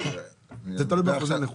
זה תלוי באחוזי נכות.